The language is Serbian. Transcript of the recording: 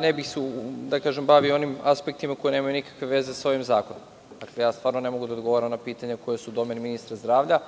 ne bih se ja bavio onim aspektima koji nemaju nikakve veze sa ovim zakonom. Dakle, ja stvarno ne mogu da odgovaram na pitanja koja su u domenu ministra zdravlja. Kao